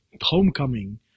homecoming